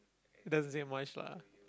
it doesn't take much lah